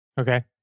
Okay